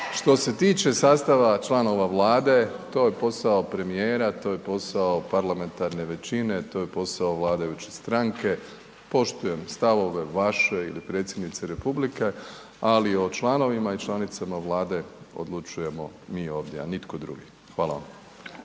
Što se tiče sastava članova Vlade, to je posao premijera, to je posao parlamentarne većine, to je posao vladajuće stranke. Poštujem stavove vaše ili predsjednice Republike ali o članovima i članicama Vlade odlučujemo mi ovdje a nitko drugi. Hvala vam.